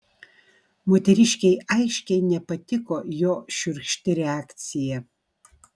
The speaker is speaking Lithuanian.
moteriškei aiškiai nepatiko jo šiurkšti reakcija